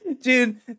dude